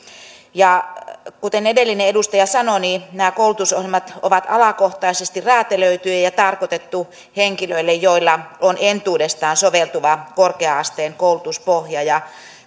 kuten edellinen edustaja sanoi nämä koulutusohjelmat ovat alakohtaisesti räätälöityjä ja ne on tarkoitettu henkilöille joilla on entuudestaan soveltuva korkea asteen koulutuspohja ja